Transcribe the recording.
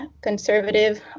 conservative